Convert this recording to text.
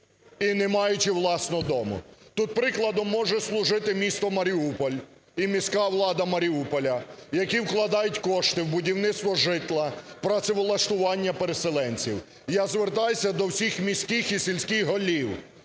і не маючи власного дому. Тут прикладом може служити місто Маріуполь і міська влада Маріуполя, які вкладають кошти в будівництво житла, працевлаштування переселенців. Я звертаюся до всіх міських і сільських голів,